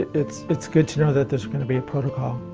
it's, it's good to know that there's going to be protocol